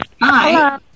Hi